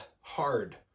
hard